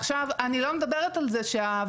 עכשיו אני לא מדברת על זה שהוועדות,